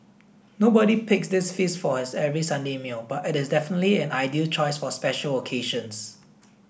nobody picks this feast for his every Sunday meal but it is definitely an ideal choice for special occasions